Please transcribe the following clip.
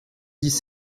dix